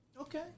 Okay